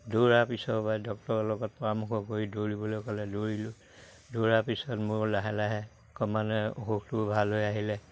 দৌৰাৰ পিছৰ পৰা ডক্টৰৰ লগত পৰামৰ্শ কৰি দৌৰিবলে ক'লে দৌৰিলোঁ দৌৰাৰ পিছত মোৰ লাহে লাহে অকমান অসুখটোও ভাল হৈ আহিলে